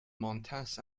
montes